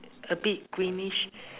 a bit greenish